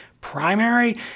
primary